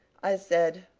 i said,